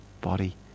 body